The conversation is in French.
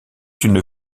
une